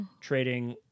trading